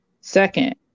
Second